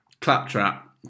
Claptrap